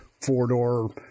four-door